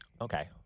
Okay